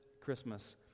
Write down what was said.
Christmas